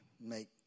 make